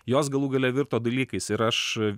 jos galų gale virto dalykais ir aš